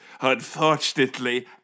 unfortunately